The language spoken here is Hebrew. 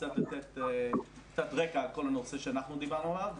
קצת לתת רקע על כל הנושא שאנחנו דיברנו עליו.